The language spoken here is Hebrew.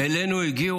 אלינו הגיעו,